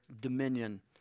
dominion